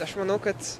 aš manau kad